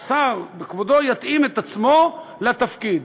השר בכבודו יתאים את עצמו לתפקיד,